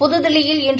புத்தில்லியில் இன்று